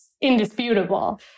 indisputable